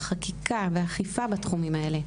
החקיקה והאכיפה בתחומים האלה,